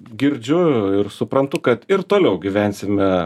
girdžiu ir suprantu kad ir toliau gyvensime